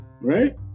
Right